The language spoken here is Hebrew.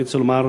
אני רוצה לומר,